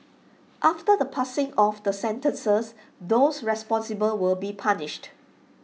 after the passing of the sentences those responsible will be punished